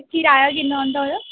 किराया किन्ना औंदा ओह्दा